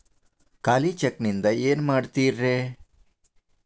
ಖಾಲಿ ಚೆಕ್ ನಿಂದ ಏನ ಮಾಡ್ತಿರೇ?